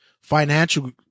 financial